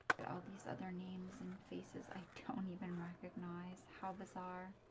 but all these other names and faces, i don't even recognize. how bizarre.